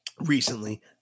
Recently